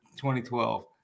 2012